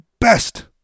best